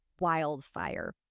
wildfire